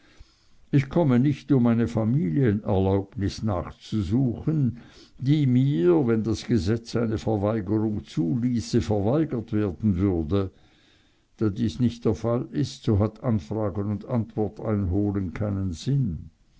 ich komme nicht um eine familienerlaubnis nachzusuchen die mir wenn das gesetz eine verweigerung zuließe verweigert werden würde da dies nicht der fall ist so hat anfragen und antwort einholen keinen sinn